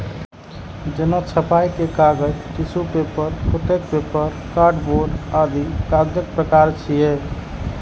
जेना छपाइ के कागज, tissue paper, coated paper, cardboard आदि कागजक प्रकार छियै